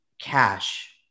cash